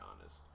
honest